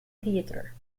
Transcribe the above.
theater